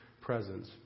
presence